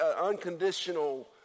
unconditional